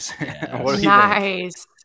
Nice